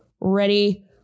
Ready